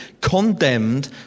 condemned